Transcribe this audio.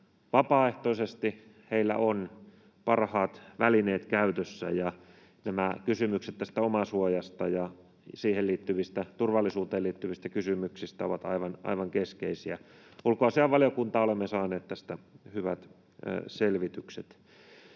vapaaehtoisesti. Heillä on parhaat välineet käytössä. Kysymykset omasuojasta ja turvallisuuteen liittyvät kysymykset ovat aivan keskeisiä. Ulkoasiainvaliokuntaan olemme saaneet tästä hyvät selvitykset.